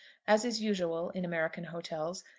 as is usual in american hotels,